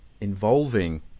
involving